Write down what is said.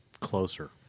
closer